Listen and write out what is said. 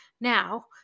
Now